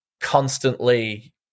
constantly